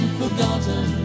forgotten